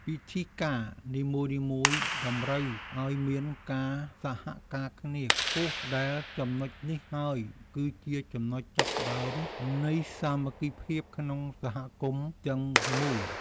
ពិធីការនីមួយៗតម្រូវឱ្យមានការសហការគ្នាខ្ពស់ ដែលចំណុចនេះហើយគឺជាចំណុចចាប់ផ្តើមនៃសាមគ្គីភាពក្នុងសហគមន៍ទាំងមូល។